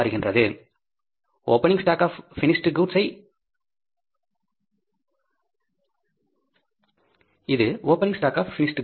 இது opening stock of finished goods